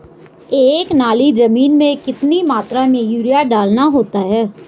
एक नाली जमीन में कितनी मात्रा में यूरिया डालना होता है?